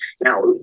Now